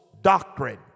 doctrine